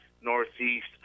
Northeast